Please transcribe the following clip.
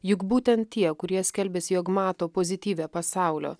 juk būtent tie kurie skelbiasi jog mato pozityvią pasaulio